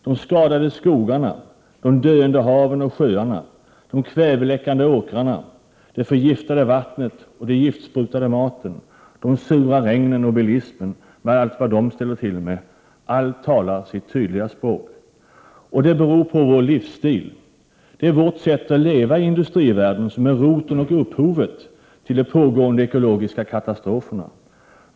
De skadade skogarna, de döende haven och sjöarna, de kväveläckande åkrarna, det förgiftade vattnet och den giftsprutade maten, de sura regnen och bilismen med allt vad de ställer till med talar sitt tydliga språk. Det beror på vår livsstil, det är vårt sätt att leva i industrivärlden som är roten och upphovet till de pågående ekologiska katastroferna.